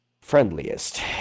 friendliest